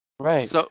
Right